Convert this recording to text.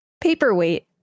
Paperweight